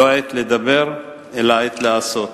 לא עת לדבר אלא עת לעשות.